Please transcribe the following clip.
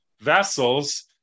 vessels